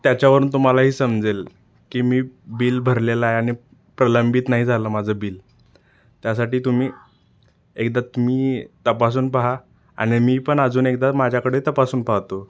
त्याच्यावरून तुम्हालाही समजेल की मी बिल भरलेलं आहे आणि प्रलंबित नाही झालं माझं बिल त्यासाठी तुम्ही एकदा तुम्ही तपासून पहा आणि मी पण अजून एकदा माझ्याकडे तपासून पाहतो